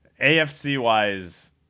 AFC-wise